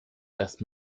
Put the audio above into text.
erst